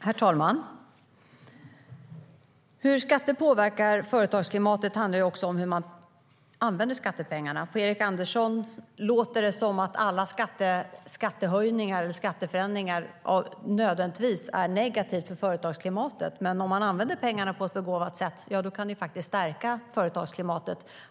Herr talman! Hur skatter påverkar företagsklimatet handlar också om hur man använder skattepengarna. På Erik Andersson låter det som om alla skattehöjningar eller skatteförändringar nödvändigtvis är negativa för företagsklimatet. Men om man använder pengarna på ett begåvat sätt kan det faktiskt stärka företagsklimatet.